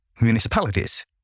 municipalities